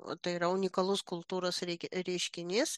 tai yra unikalus kultūros reik reiškinys